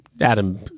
Adam